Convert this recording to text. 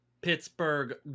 pittsburgh